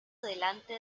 delante